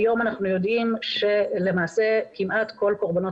כיום אנחנו יודעים שלמעשה כמעט כל קורבנות